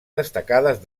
destacades